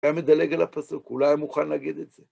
היה מדלג על הפסוק, הוא לא היה מוכן להגיד את זה.